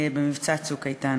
במבצע "צוק איתן".